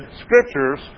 Scriptures